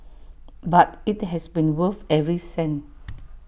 but IT has been worth every cent